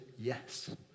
yes